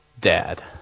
dad